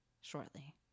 shortly